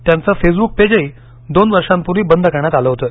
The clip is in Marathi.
त्यांचे फेसबुक पेजही दोन वर्षांपूर्वी बंद करण्यात आलं होतं